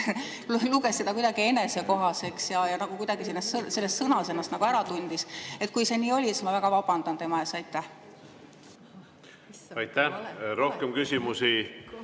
luges seda kuidagi enesekohaseks ja nagu kuidagi selles sõnas ennast ära tundis. Kui see nii oli, siis ma väga vabandan tema ees. Aitäh! Rohkem küsimusi